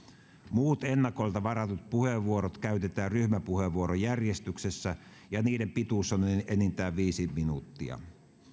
muut ennakolta varatut puheenvuorot käytetään ryhmäpuheenvuorojärjestyksessä ja niiden pituus on enintään viisi minuuttia